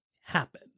happen